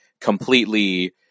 completely